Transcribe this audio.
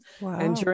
wow